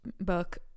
book